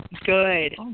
Good